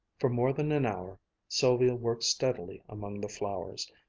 for more than an hour sylvia worked steadily among the flowers,